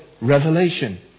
revelation